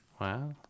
Wow